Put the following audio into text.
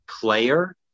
player –